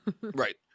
right